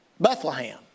Bethlehem